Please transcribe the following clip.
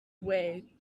away